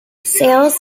sales